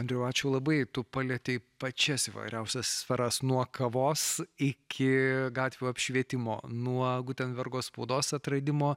andriau ačiū labai tu palietei pačias įvairiausias sferas nuo kavos iki gatvių apšvietimo nuo gutenbergo spaudos atradimo